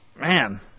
man